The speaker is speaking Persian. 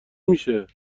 میشه